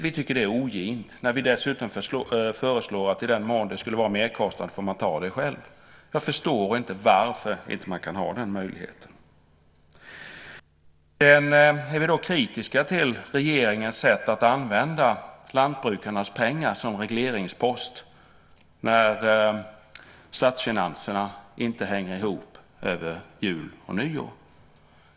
Vi tycker att det är ogint, när vi dessutom föreslår att i den mån det skulle innebära en merkostnad får man ta det själv. Jag förstår inte varför man inte kan ha den möjligheten. Vi är kritiska till regeringens sätt att använda lantbrukarnas pengar som regleringspost när statsfinanserna inte hänger ihop över jul och nyår.